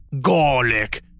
garlic